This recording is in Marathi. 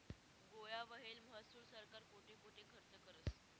गोया व्हयेल महसूल सरकार कोठे कोठे खरचं करस?